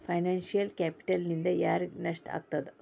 Financial ಕ್ಯಾಪಿಟಲ್ನಿಂದಾ ಯಾರಿಗ್ ನಷ್ಟ ಆಗ್ತದ?